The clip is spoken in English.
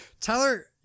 Tyler